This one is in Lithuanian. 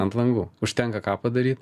ant langų užtenka ką padaryt